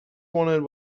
wanted